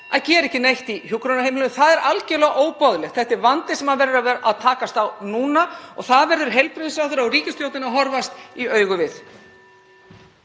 að gera ekki neitt í hjúkrunarheimilum. Það er algerlega óboðlegt. Þetta er vandi sem verður að takast á við núna og það verður heilbrigðisráðherra og ríkisstjórnin að horfast í augu við.